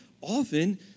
often